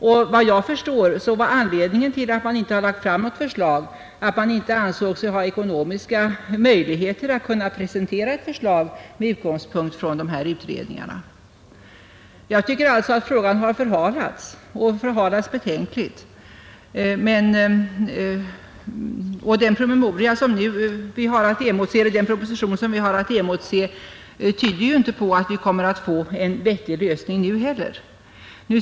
Såvitt jag förstår var anledningen till att man inte har lagt fram något förslag att man inte ansåg sig ha ekonomiska möjligheter att presentera ett förslag med utgångspunkt från dessa utredningar. Jag tycker alltså att frågan har förhalats betänkligt. Promemorian tyder ju inte på att vi kommer att få en vettig lösning nu heller.